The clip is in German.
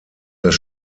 das